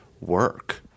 work